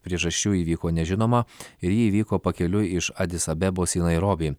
priežasčių įvyko nežinoma ir ji įvyko pakeliui iš adis abebos į nairobį